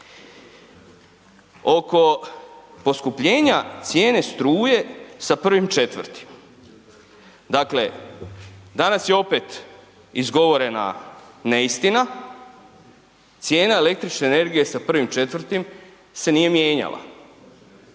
Oko poskupljenja cijene struje sa 1.4., dakle danas je opet izgovorena neistina, cijena električne energije sa 1.4. se nije mijenjala.